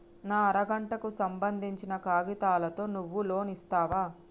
నా అర గంటకు సంబందించిన కాగితాలతో నువ్వు లోన్ ఇస్తవా?